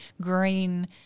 green